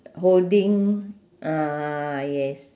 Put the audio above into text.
holding ah yes